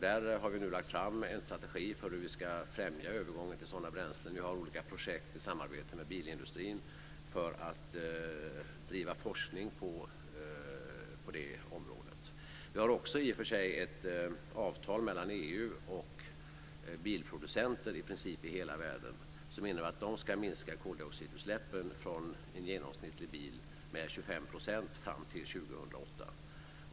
Där har vi nu lagt fram en strategi för hur vi ska främja övergången till sådana bränslen. Vi har olika projekt i samarbete med bilindustrin för att bedriva forskning på det området. Vi har också ett avtal mellan EU och bilproducenter i hela världen i princip som innebär att de ska minska koldioxidutsläppen från en genomsnittlig bil med 25 % fram till 2008.